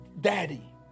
daddy